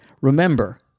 Remember